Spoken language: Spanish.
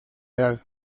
edad